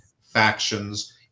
factions